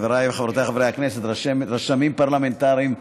חבריי וחברותיי חברי הכנסת, רשמים פרלמנטריים,